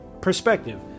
perspective